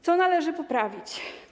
Co należy poprawić?